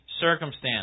circumstance